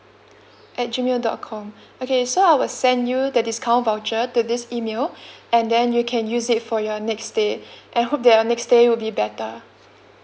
at G mail dot com okay so I will send you the discount voucher to this email and then you can use it for your next stay I hope that your next stay will be better